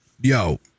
Yo